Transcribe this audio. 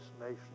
nation